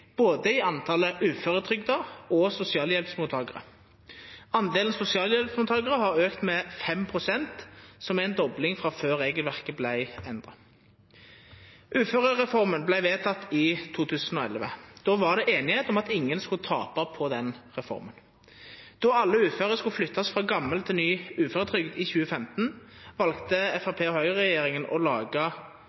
både i talet på uføretrygda og sosialhjelpsmottakarar. Andelen sosialhjelpsmottakarar har auka med 5 pst., som er ei dobling frå før regelverket vart endra. Uførereforma vart vedteken i 2011. Då var det einigheit om at ingen skulle tapa på reforma. Då alle uføre skulle flyttast frå gamal til ny uføretrygd i 2015, valte regjeringa med Framstegspartiet og Høgre å laga